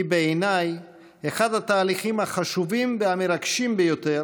בעיניי אחד התהליכים החשובים והמרגשים ביותר